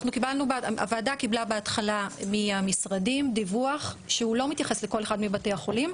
בהתחלה הוועדה קיבלה מהמשרדים דיווח שלא מתייחס לכל אחד מבתי החולים,